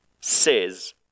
says